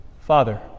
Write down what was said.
Father